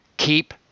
Keep